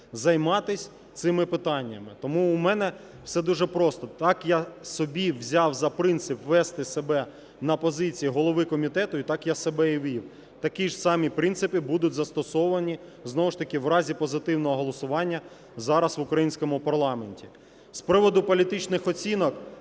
займатись цими питаннями. Тому в мене все дуже просто: так я собі взяв за принцип вести себе на позиції голови комітету і так я себе і вів. Такі ж самі принципи будуть застосовані знову ж таки в разі позитивного голосування зараз в українському парламенті. З приводу політичних оцінок.